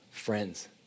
Friends